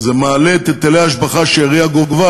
זה מעלה את היטלי ההשבחה שהעירייה גובה